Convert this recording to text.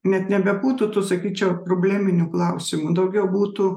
net nebebūtų tų sakyčiau probleminių klausimų daugiau būtų